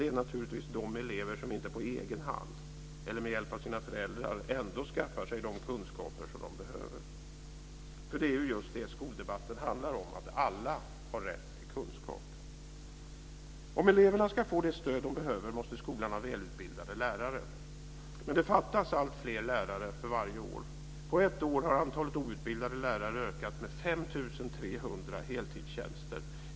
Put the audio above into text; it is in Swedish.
Det är naturligtvis de elever som inte på egen hand eller med hjälp av sina föräldrar ändå skaffar sig de kunskaper som de behöver. Det är ju just det som skoldebatten handlar om, att alla har rätt till kunskap. Om eleverna ska få det stöd som de behöver måste skolan ha välutbildade lärare, men det fattas alltfler lärare för varje år. På ett år har antalet outbildade lärare ökat med 5 300, och det gäller heltidstjänster.